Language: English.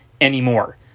anymore